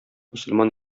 мөселман